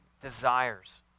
desires